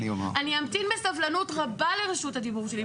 אני אמתין בסבלנות רבה לרשות הדיבור שלי.